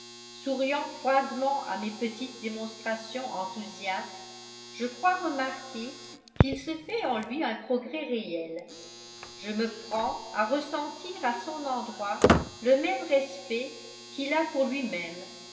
souriant froidement à mes petites démonstrations enthousiastes je crois remarquer qu'il se fait en lui un progrès réel je me prends à ressentir à son endroit le même respect qu'il a pour lui-même